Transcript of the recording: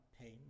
pain